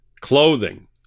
clothing